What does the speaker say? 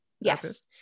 Yes